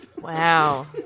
Wow